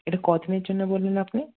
এটা কতদিনের জন্যে বললেন আপনি